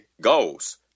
goals